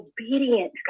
obedient